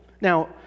Now